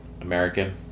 American